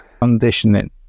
conditioning